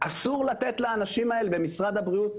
אסור לתת לאנשים האלה במשרד הבריאות,